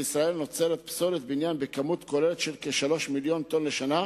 בישראל נוצרת פסולת בניין בכמות כוללת של כ-3 מיליוני טונות לשנה,